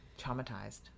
traumatized